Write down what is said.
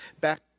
back